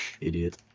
Idiot